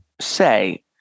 say